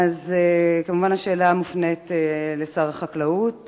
השאלה מופנית כמובן אל שר החקלאות,